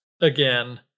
again